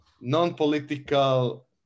non-political